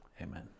amen